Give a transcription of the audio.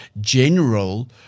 general